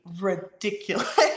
ridiculous